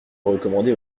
recommander